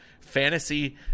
fantasy